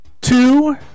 Two